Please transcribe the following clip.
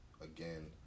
again